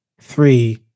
three